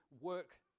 work